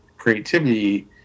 creativity